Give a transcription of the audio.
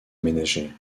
aménagés